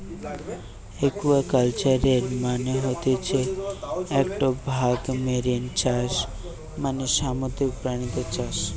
একুয়াকালচারের মানে হতিছে একটো ভাগ মেরিন চাষ মানে সামুদ্রিক প্রাণীদের চাষ